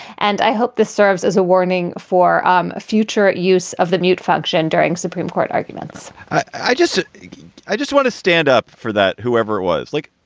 and i hope this serves as a warning for um future use of the mute function during supreme court arguments i just i just want to stand up for that, whoever it was like.